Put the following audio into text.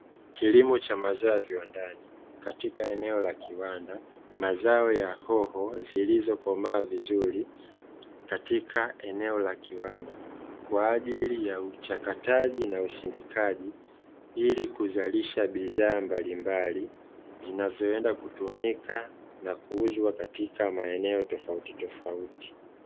Kilimo cha mazao ya viwandani katika eneo la kiwanda, mazao ya hoho zilizokomaa vizuri. Katika eneo la kiwanda kwa ajili ya uchakataji na usindikaji, ili kuzalisha bidhaa mbalimbali zinazoenda kuuzwa na kutumika katika maeneo tofautitofauti.